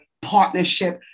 partnership